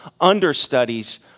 understudies